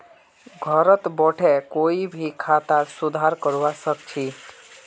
घरत बोठे कोई भी खातार सुधार करवा सख छि